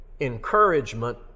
Encouragement